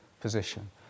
position